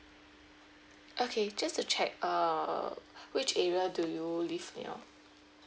okay just to check err which area do you live you know